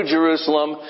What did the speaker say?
Jerusalem